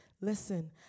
Listen